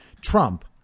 Trump